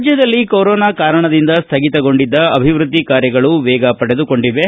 ರಾಜ್ಯದಲ್ಲಿ ಕೊರೋನಾ ಕಾರಣದಿಂದ ಸ್ಥಗಿತಗೊಂಡಿದ್ದ ಅಭಿವೃದ್ಲಿ ಕಾರ್ಯಗಳು ವೇಗ ಪಡೆದುಕೊಂಡಿವೆ